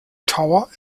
tower